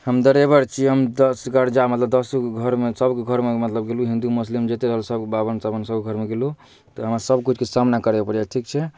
हम डरेवर छी हम दस घर जा मतलब दसो के घर मऽ सबके घर मऽ मतलब गेलू हिंदू मुस्लिम जते रहल सब बाभन ताभन सबके घर मऽ गेलू तऽ हमरा सबक कुछ के सामना करऽ परैये ठीक छै